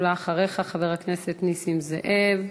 אחריך חבר הכנסת נסים זאב.